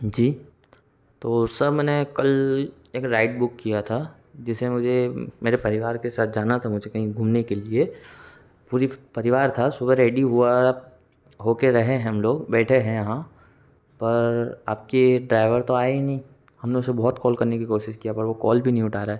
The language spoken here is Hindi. जी तो सर मैंने कल एक राइड बूक किया था जिससे मुझे मेरे परिवार के साथ जाना था मुझे कहीं घूमने के लिए पूरी परिवार था सुबह रेडी हुआ हो के रहे हैं हम लोग बैठे हैं यहाँ पर आपके ड्रायभर तो आए ही नहीं हमने उसे बहुत कौल करने कि कोशिश किया पर वो कौल भी नहीं उठा रहा है